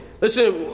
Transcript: Listen